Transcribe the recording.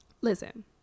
Listen